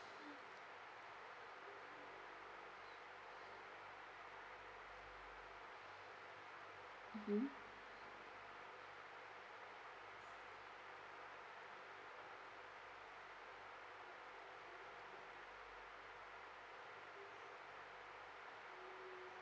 mmhmm